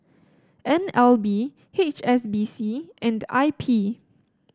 N L B H S B C and I P